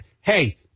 hey